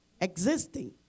existing